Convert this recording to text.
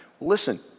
Listen